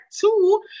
two